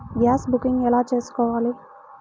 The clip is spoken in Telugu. గ్యాస్ బుకింగ్ ఎలా చేసుకోవాలి?